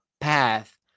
path